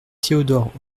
théodore